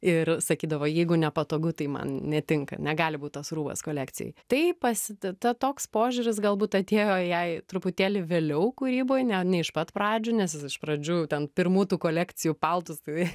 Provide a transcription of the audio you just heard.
ir sakydavo jeigu nepatogu tai man netinka negali būt tas rūbas kolekcijoj taip pasi ta toks požiūris galbūt atėjo jai truputėlį vėliau kūryboj ne iš pat pradžių nes jis iš pradžių ten pirmų tų kolekcijų paltus tai